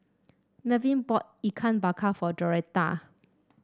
Melvin bought Ikan Bakar for Joretta